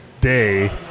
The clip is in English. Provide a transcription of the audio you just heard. day